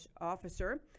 officer